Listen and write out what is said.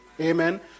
Amen